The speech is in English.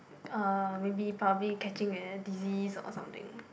uh maybe probably catching a disease or something